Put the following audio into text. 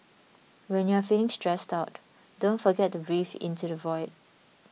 when you are feeling stressed out don't forget to breathe into the void